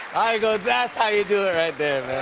i go, that's how you do it right there,